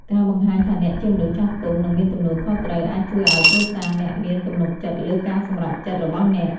ការបង្ហាញថាអ្នកជាមនុស្សចាស់ទុំ និងមានទំនួលខុសត្រូវ អាចជួយឲ្យគ្រួសារអ្នកមានទំនុកចិត្តលើការសម្រេចចិត្តរបស់អ្នក។